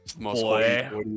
Boy